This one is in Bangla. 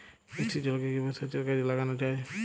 বৃষ্টির জলকে কিভাবে সেচের কাজে লাগানো যায়?